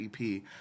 EP